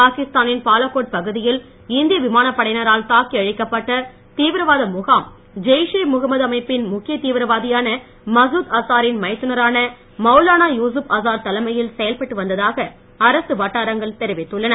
பாகிஸ்தா னின் பாலாகோட் பகுதியில் இந்திய விமானப் படையினரால் தாக்கி அழிக்கப்பட்ட தீவிரவாத முகாம் ஜெய்ஷே முகம்மது அமைப்பின் முக்கியத் தீவிரவாதியான மசூத் அசா ரின் மைத்துனரான மௌலானா யூசுப் அசார் தலைமையில் செயல்பட்டு வந்ததாக அரசு வட்டாரங்கள் தெரிவித்துள்ளன